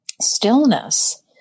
stillness